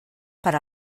per